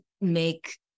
make